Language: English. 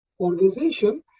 organization